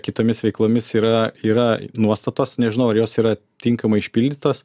kitomis veiklomis yra yra nuostatos nežinau ar jos yra tinkamai išpildytos